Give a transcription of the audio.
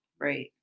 Right